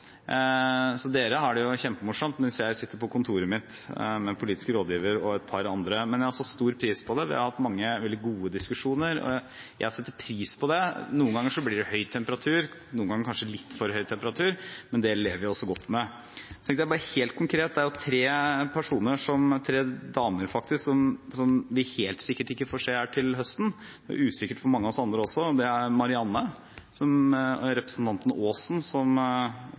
så komme tilbake til Stortinget med en plan. Helt til slutt vil jeg si at jeg har likt å være statsråd for utdanningsområdet i fire år, og jeg har satt stor pris på samarbeidet med komiteen. Det er sånn at komiteen gjør veldig mye gøy som jeg aldri får være med på, de har det kjempemorsomt mens jeg sitter på kontoret mitt med politisk rådgiver og et par andre. Men jeg har satt stor pris på det, vi har hatt mange veldig gode diskusjoner, og jeg setter pris på det. Noen ganger blir det høy temperatur, noen ganger kanskje litt for høy temperatur, men det lever vi også godt med. Så bare helt